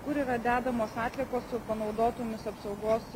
kur yra dedamos atliekos su panaudotomis apsaugos